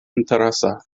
interesa